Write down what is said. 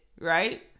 Right